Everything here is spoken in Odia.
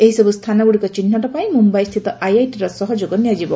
ଏହିସବୁ ସ୍ଥାନଗୁଡିକ ଚିହ୍ବଟ ପାଇଁ ମୁମ୍ୟାଇସ୍ଥିତ ଆଇଆଇଟିର ସହଯୋଗ ନିଆଯିବ